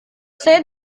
saya